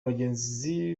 bagenzi